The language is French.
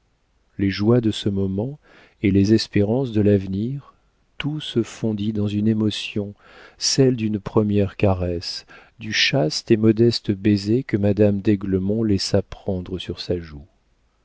les joies de ce moment et les espérances de l'avenir tout se fondit dans une émotion celle d'une première caresse du chaste et modeste baiser que madame d'aiglemont laissa prendre sur sa joue